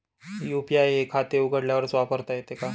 UPI हे खाते उघडल्यावरच वापरता येते का?